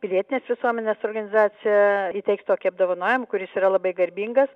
pilietinės visuomenės organizacija įteiks tokį apdovanojimą kuris yra labai garbingas